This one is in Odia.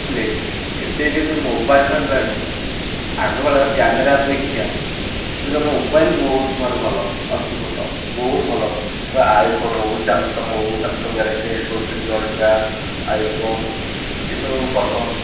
ହେଲେ ଏବେକା ଯୋଉ ମୋବାଇଲ୍ ବାହାରିଲାଣି ଆଗ ବେଳର କ୍ୟାମେରା ଅପେକ୍ଷା ଏବେକା ମୋବାଇଲ୍ ବହୁତ ମାନେ ଭଲ ଆସୁଚି ଫଟୋ ବହୁତ ଭଲ ଆଇଫୋନ୍ ହେଉ ସାମସଙ୍ଗ୍ ହେଉ Samsung Galaxy S twenty three Ultra iPhone ଏସବୁ ଫଟୋ